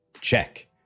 Check